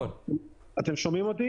אל תספר לי.